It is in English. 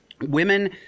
Women